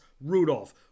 Rudolph